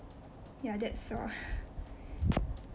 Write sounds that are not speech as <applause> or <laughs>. ya that's all <laughs>